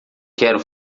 quero